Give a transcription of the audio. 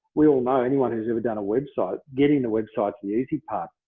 we all know anyone who's ever done a website. getting the websites the easy part.